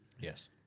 Yes